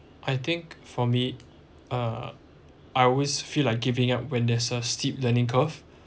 I think for me uh I always feel like giving up when there's a steep learning curve